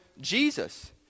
Jesus